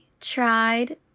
tried